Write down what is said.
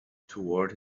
toward